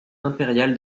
impérial